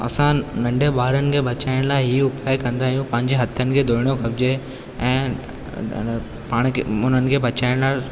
असां नंढे ॿारनि खे बचाइण लाइ इहो पै कंदा आहियूं पंहिंजे हथनि खे धुअणो खपिजे ऐं पाण खे उन्हनि खे बचाइण लाइ